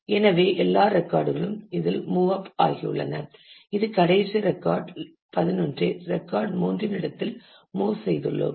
எனவே எல்லா ரெக்கார்டுகளும் இதில் மூவ் அப் ஆகியுள்ளன இது கடைசி ரெக்கார்ட் 11 ஐ ரெக்கார்ட் 3 இன் இடத்தில் மூவ் செய்துள்ளோம்